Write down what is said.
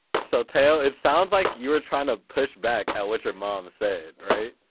so teo, it sounds like you were trying to push back at what your mom said, right?